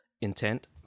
intent